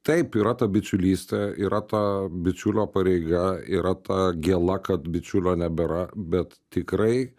taip yra ta bičiulystė yra ta bičiulio pareiga yra ta gėla kad bičiulio nebėra bet tikrai